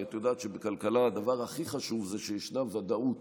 כי את יודעת שבכלכלה הדבר הכי חשוב הוא שישנה ודאות,